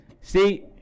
See